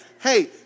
hey